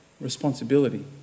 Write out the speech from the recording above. responsibility